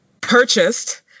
purchased